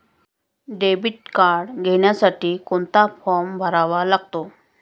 Debit card घेण्यासाठी कोणता form भरावा लागतो?